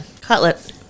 Cutlet